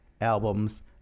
albums